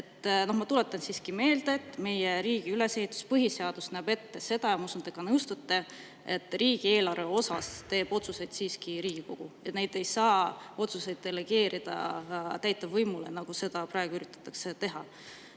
tuletan siiski meelde, et meie riigi ülesehitus, põhiseadus näeb ette seda ja ma usun, te ka nõustute, et riigieelarve osas teeb otsuseid siiski Riigikogu, et neid ei saa otsuseid delegeerida täitevvõimule, nagu seda praegu üritatakse teha. Ja